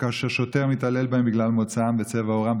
כאשר שוטר מתעלל בהם בגלל מוצאם וצבע עורם,